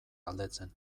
galdetzen